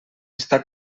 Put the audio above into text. està